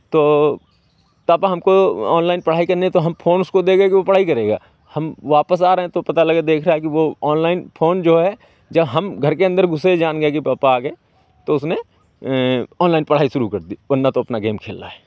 तो पापा हमको ऑनलाइन पढ़ाई करनी है तो हम फोन उसको दे गए कि वो पढ़ाई करेगा हम वापस आ रहे हैं तो पता लगा देख रहा है कि वो ऑनलाइन फोन जो है जब हम घर के अंदर घुसे जान गया कि पापा आ गए तो उसने ऑनलाइन पढ़ाई शुरू कर दी वर्ना तो अपने गेम खेल रहा है